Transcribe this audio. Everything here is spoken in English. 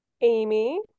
Amy